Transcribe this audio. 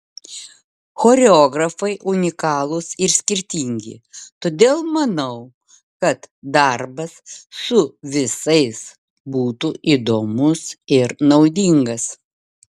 choreografai unikalūs ir skirtingi todėl manau kad darbas su visais būtų įdomus ir naudingas